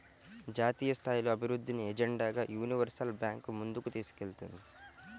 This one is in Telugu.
జాతీయస్థాయిలో అభివృద్ధిని ఎజెండాగా యూనివర్సల్ బ్యాంకు ముందుకు తీసుకెళ్తుంది